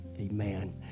amen